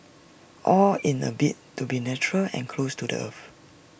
all in A bid to be natural and close to the earth